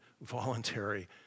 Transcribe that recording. voluntary